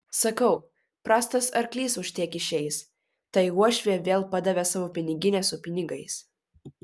sakau prastas arklys už tiek išeis tai uošvė vėl padavė savo piniginę su pinigais